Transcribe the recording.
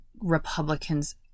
Republicans